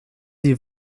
die